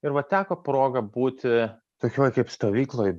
ir va teko proga būti tokioj kaip stovykloj